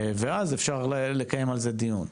ואז אפשר לקיים על זה דיון.